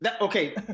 Okay